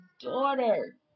daughter